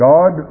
God